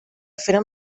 feren